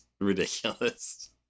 ridiculous